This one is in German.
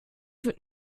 wird